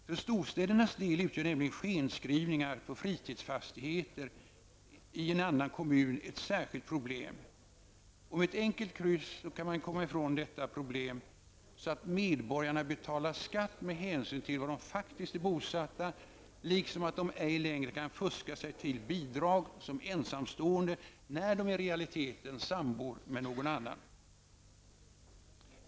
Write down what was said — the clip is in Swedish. För storstädernas del utgör nämligen skenskrivningar på fritidsfastigheter i annan kommun ett särskilt problem. Med ett enkelt kryss kan man komma ifrån detta problem, så att medborgarna betalar skatt med hänsyn till var de faktiskt är bosatta, liksom att de ej längre kan fuska sig till bidrag som ensamstående när de i realiteten sambor med någon annan.